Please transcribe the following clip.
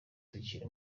tukiri